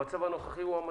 המצב הנוכחי הוא המצב?